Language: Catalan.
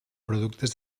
productes